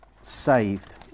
saved